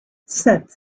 sept